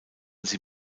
sie